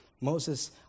Moses